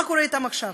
מה קורה אתם עכשיו?